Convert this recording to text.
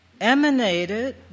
emanated